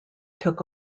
took